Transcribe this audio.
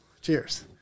cheers